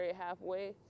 halfway